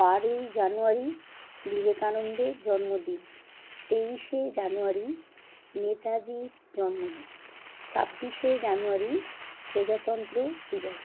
বারোই জানুয়ারি বিবেকানন্দের জন্মদিন তেইশে জানুয়ারি নেতাজির জন্মদিন ছাব্বিশে জানুয়ারি প্রজাতন্ত্র দিবস